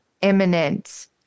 imminent